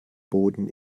boden